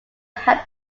had